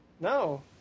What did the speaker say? No